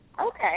okay